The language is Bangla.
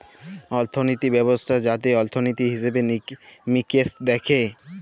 অর্থলিতি ব্যবস্থা যাতে অর্থলিতি, হিসেবে মিকেশ দ্যাখে